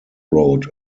road